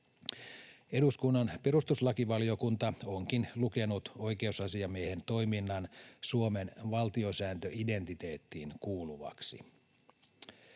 Eduskunnan perustuslakivaliokunta onkin lukenut oikeus-asiamiehen toiminnan Suomen valtiosääntö -identiteettiin kuuluvaksi.